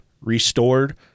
restored